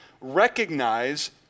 recognize